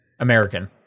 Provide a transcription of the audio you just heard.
American